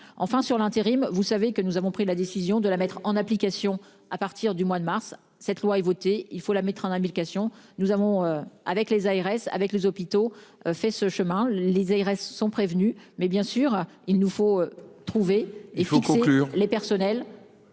enfin sur l'intérim. Vous savez que nous avons pris la décision de la mettre en application à partir du mois de mars. Cette loi est votée, il faut la mettre en application. Nous avons avec les ARS avec les hôpitaux fait ce chemin les ARS sont prévenus. Mais bien sûr, il nous faut trouver est pour les personnels.--